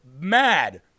mad